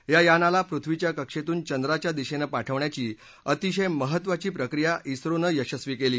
डाा यानाला पृथ्वीच्या कक्षसून चंद्राच्या दिशात्तपाठवण्याची अतिशय महत्त्वाची प्रक्रिया इस्रोनं यशस्वी कली